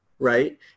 right